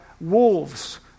wolves